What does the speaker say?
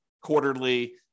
quarterly